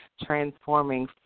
transforming